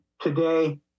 today